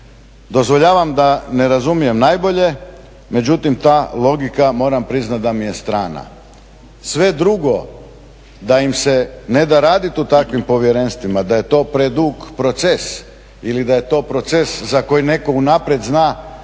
Dozvoljavam da ne razumijem najbolje međutim ta logika moram priznati da mi je strana. Sve drugo da im se ne da raditi u takvim povjerenstvima, da je to predug proces ili da je to proces za koji netko unaprijed zna